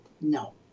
No